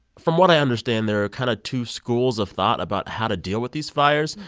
from what i understand there are kind of two schools of thought about how to deal with these fires.